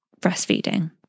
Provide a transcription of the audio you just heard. breastfeeding